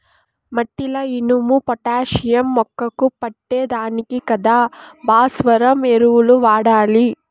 మట్టిల ఇనుము, పొటాషియం మొక్కకు పట్టే దానికి కదా భాస్వరం ఎరువులు వాడాలి